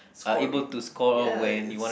scoring ya it's